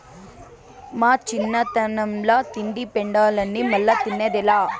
మా చిన్నతనంల తింటి పెండలాన్ని మల్లా తిన్నదేలా